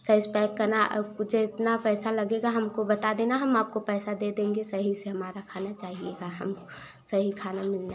सही से पैक करना आप जितना पैसा लगेगा हमको बता देना हम आपको पैसा दे देंगे सही से हमारा खाना चाहिएगा हम सही खाना मिलना